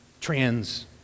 Trans